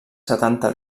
setanta